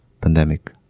pandemic